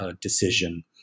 decision